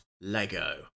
Lego